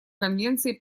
конвенции